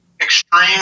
extreme